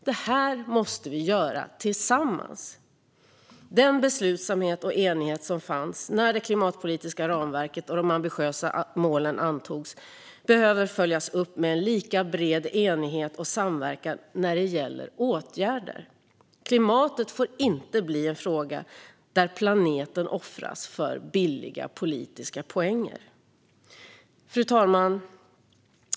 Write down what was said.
Det här måste vi göra tillsammans. Den beslutsamhet och enighet som fanns när det klimatpolitiska ramverket och de ambitiösa målen antogs behöver följas upp med en lika bred enighet och samverkan när det gäller åtgärder. Klimatet får inte bli en fråga där planeten offras för billiga politiska poänger. Fru talman!